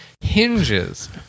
hinges